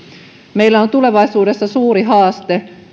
meillä on tulevaisuudessa suuri haaste